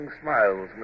smiles